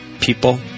people